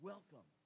Welcome